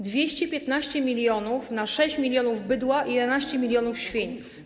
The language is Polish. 215 mln na 6 mln bydła i 11 mln świń.